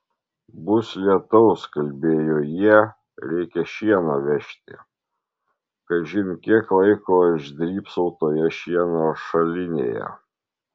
bus lietaus kalbėjo jie reikia šieną vežti kažin kiek laiko aš drybsau toje šieno šalinėje